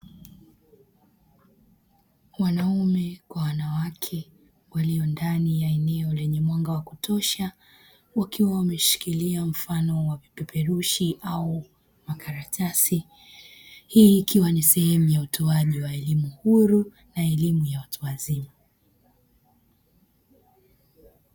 Wanaume kwa wanawake walio ndani ya eneo lenye mwanga wa kutosha wakiwa wameshikilia mfano wa kipeperushi au makaratasi, hii ikiwa ni sehemu ya utoaji wa elimu huru na elimu ya watu wazima.